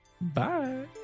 Bye